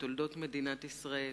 בתולדות מדינת ישראל,